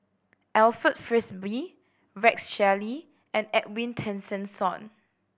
Alfred Frisby Rex Shelley and Edwin Tessensohn